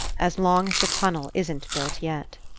as long as the tunnel isn't built yet.